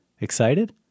Excited